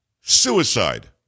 Suicide